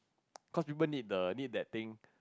cause people need the need that thing